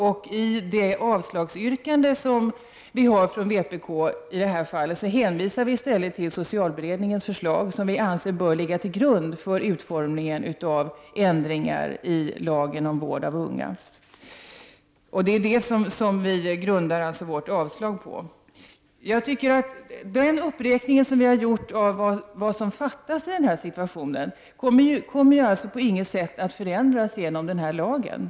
I vpk:s avslagsyrkande hänvisas till socialberedningens förslag, som vi i vpk anser bör ligga till grund för utformningen av ändringar i lagen om vård av unga, vilket vi grundar vårt avslagsyrkande på. Den upprepning som vi i vpk har gjort av vad som fattas i denna situation kommer på inget sätt att förändras genom denna lagändring.